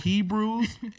Hebrews